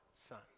son